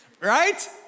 right